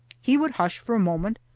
he would hush for a moment,